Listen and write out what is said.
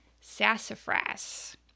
sassafras